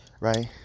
Right